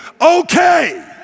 okay